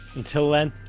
until then,